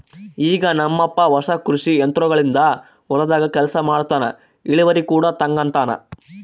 ಈಗ ನಮ್ಮಪ್ಪ ಹೊಸ ಕೃಷಿ ಯಂತ್ರೋಗಳಿಂದ ಹೊಲದಾಗ ಕೆಲಸ ಮಾಡ್ತನಾ, ಇಳಿವರಿ ಕೂಡ ತಂಗತಾನ